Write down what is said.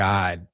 God